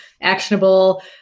actionable